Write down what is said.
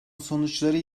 sonuçları